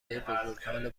بزرگ، هال